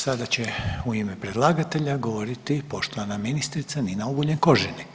Sada će u ime predlagatelja govoriti poštovana ministrica, Nina Obuljen Koržinek.